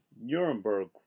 Nuremberg